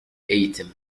eğitim